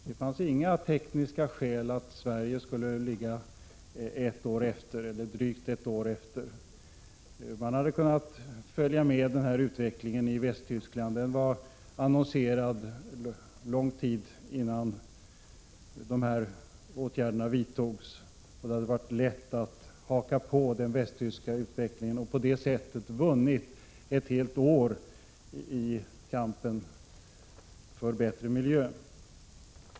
Det fanns inga tekniska skäl för att Sverige skulle ligga drygt ett år efter denna utveckling i Västtyskland. Den var annonserad lång tid innan åtgärderna vidtogs, och det hade varit lätt att haka på den västtyska utvecklingen. På det sättet hade vi vunnit ett helt år i kampen för en bättre miljö.